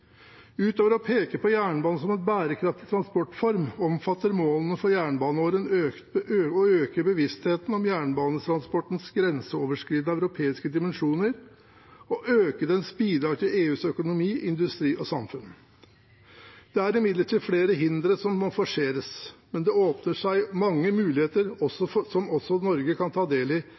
Utover å peke på jernbanen som en bærekraftig transportform, omfatter målene for jernbaneåret å øke bevisstheten om jernbanetransportens grenseoverskridende europeiske dimensjoner og å øke dens bidrag til EUs økonomi, industri og samfunn. Det er imidlertid flere hindre som må forseres, men det åpner seg mange muligheter som også Norge kan ta del i